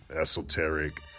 esoteric